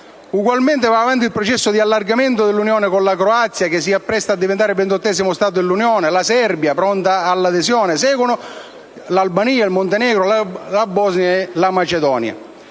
Ugualmente va avanti il processo di allargamento dell'Unione, con la Croazia, che si appresta a diventare il 28° Stato dell'Unione e la Serbia pronta per l'adesione. Seguono tutti gli altri, Albania, Montenegro, Bosnia, Macedonia;